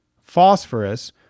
phosphorus